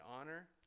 honor